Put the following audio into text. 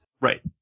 Right